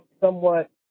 somewhat